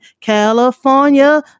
California